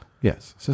Yes